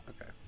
Okay